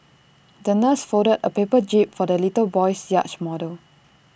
the nurse folded A paper jib for the little boy's yacht model